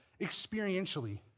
experientially